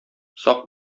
сак